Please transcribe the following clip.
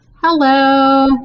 hello